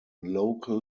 local